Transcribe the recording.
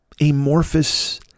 amorphous